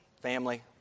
family